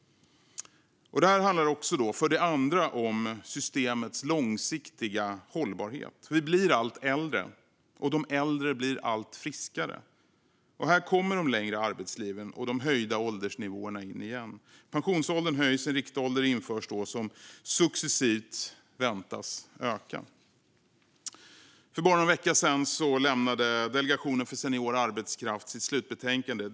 För det andra handlar detta om systemets långsiktiga hållbarhet. Vi blir allt äldre, och de äldre blir allt friskare. Här kommer de längre arbetsliven och de höjda åldersnivåerna in igen. Pensionsåldern höjs, och en riktålder införs som successivt väntas öka. För bara någon vecka sedan lämnade Delegationen för senior arbetskraft sitt slutbetänkande.